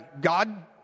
God